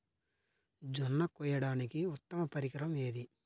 జొన్న కోయడానికి ఉత్తమ పరికరం ఏది?